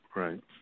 right